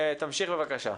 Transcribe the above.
תמשיך בבקשה.